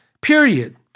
period